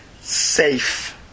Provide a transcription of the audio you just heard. Safe